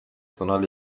sondern